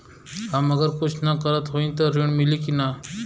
हम अगर कुछ न करत हई त ऋण मिली कि ना?